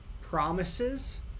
promises